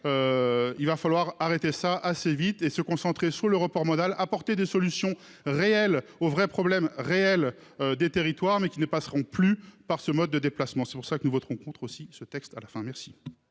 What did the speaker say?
Il va falloir arrêter ça assez vite et se concentrer sur le report modal apporter des solutions réelles aux vrais problèmes réels des territoires mais qui ne passeront plus par ce mode de déplacement. C'est pour ça que nous voterons contre aussi ce texte, à la fin, merci.